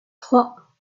trois